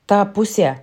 ta pusė